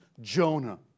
Jonah